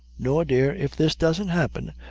nor, dear, if this doesn't happen,